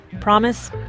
Promise